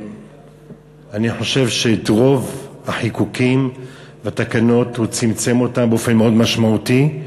אני חושב שאת רוב החיקוקים והתקנות הוא צמצם באופן מאוד משמעותי.